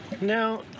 Now